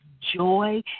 joy